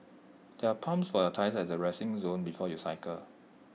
there are pumps for your tyres at the resting zone before you cycle